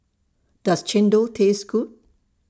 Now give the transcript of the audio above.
Does Chendol Taste Good